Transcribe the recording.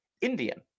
Indian